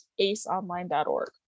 aceonline.org